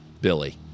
Billy